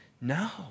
No